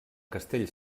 castell